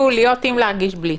זה כאילו להיות עם, להרגיש בלי.